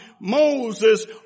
Moses